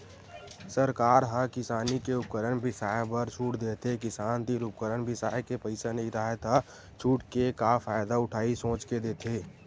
सरकार ह किसानी के उपकरन बिसाए बर छूट देथे किसान तीर उपकरन बिसाए के पइसा नइ राहय त छूट के का फायदा उठाही सोच के देथे